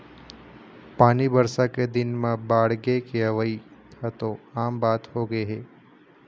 पानी बरसा के दिन म बाड़गे के अवइ ह तो आम बात होगे हे